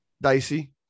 Dicey